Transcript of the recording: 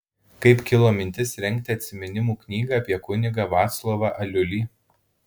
kaip kilo mintis rengti atsiminimų knygą apie kunigą vaclovą aliulį